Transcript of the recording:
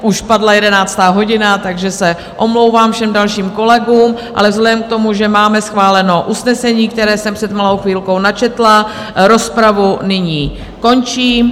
Už padla jedenáctá hodina, takže se omlouvám všem dalším kolegům, ale vzhledem k tomu, že máme schváleno usnesení, které jsem před malou chvilkou načetla, rozpravu nyní končím.